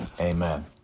amen